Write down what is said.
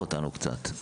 קצת.